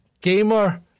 gamer